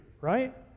right